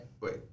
wait